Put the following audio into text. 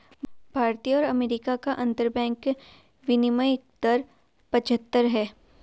भारत और अमेरिका का अंतरबैंक विनियम दर पचहत्तर है